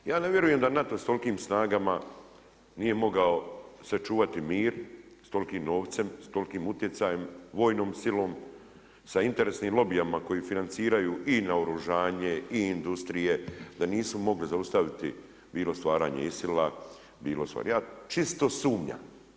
Ja ne vjerujem da NATO s tolikim snagama nije mogao sačuvati mir, s tolikim novcem, s tolikim utjecajem, vojnom silom, sa interesnim lobijima koji financiraju i oružanje i industrije da nisu mogli zaustaviti bilo stvaranje ISIL-a, ja čisto sumnjam.